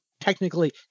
technically